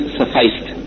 sufficed